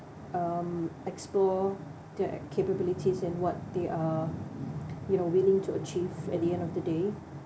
explore their capabilities and what they are you know willing to achieve at the end of the day